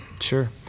Sure